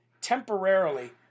temporarily